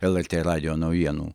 lrt radijo naujienų